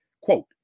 Quote